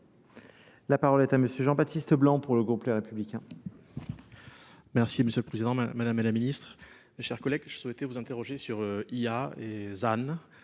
La parole est à M. Jean-Baptiste Blanc pour le groupe Les Républicains.